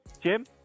Jim